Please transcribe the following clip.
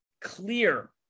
clear